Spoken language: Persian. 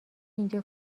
اینجا